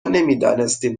نمیدانستیم